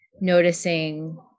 noticing